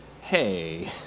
hey